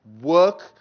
work